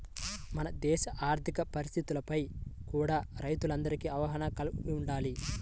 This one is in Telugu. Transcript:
మన దేశ ఆర్ధిక పరిస్థితులపై కూడా రైతులందరికీ అవగాహన వుండాలి